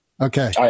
Okay